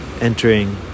entering